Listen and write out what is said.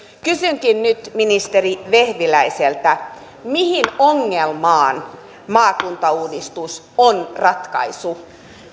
kysynkin nyt ministeri vehviläiseltä mihin ongelmaan maakuntauudistus on ratkaisu